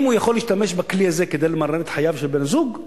אם הוא יכול להשתמש בכלי הזה כדי למרר את חייו של בן-זוג,